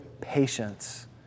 patience